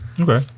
Okay